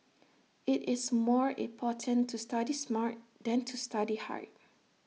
IT is more important to study smart than to study hard